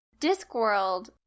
Discworld